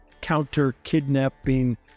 counter-kidnapping